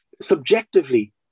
subjectively